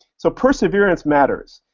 so perseverance matters.